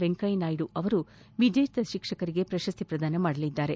ವೆಂಕಯ್ಯನಾಯ್ಡು ವಿಜೇತ ಶಿಕ್ಷಕರಿಗೆ ಪ್ರಶಸ್ತಿ ಪ್ರದಾನ ಮಾಡಲಿದ್ದಾರೆ